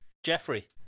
Jeffrey